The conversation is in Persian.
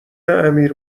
امیر